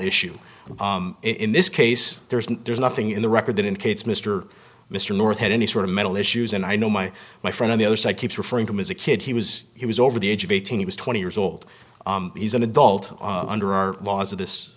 issue in this case there's there's nothing in the record that indicates mr mr north had any sort of mental issues and i know my my friend on the other side keeps referring to him as a kid he was he was over the age of eighteen he was twenty years old he's an adult under our laws of this